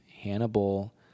Hannibal